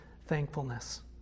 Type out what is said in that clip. thankfulness